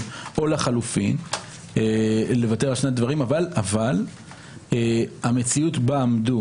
או לחלופין לוותר על שני הדברים אבל המציאות בה עמדו